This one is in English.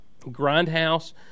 grindhouse